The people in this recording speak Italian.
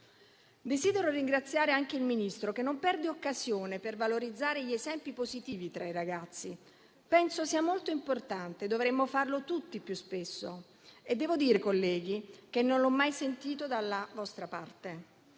Desidero ringraziare anche il Ministro, che non perde occasione per valorizzare gli esempi positivi tra i ragazzi. Penso sia molto importante e dovremmo farlo tutti più spesso. E devo dire, colleghi dell'opposizione, che non l'ho mai sentito dalla vostra parte.